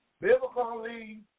biblically